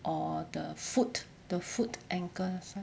or the foot the foot ankle